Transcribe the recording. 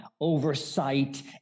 oversight